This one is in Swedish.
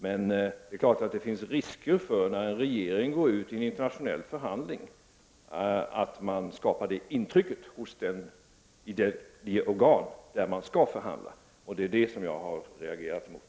Men det är klart att det med detta handlingssätt finns risker, då en regering går ut i en internationell förhandling, att man skapar detta intryck i det organ där man skall förhandla. Det är det som jag har reagerat emot.